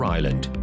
Ireland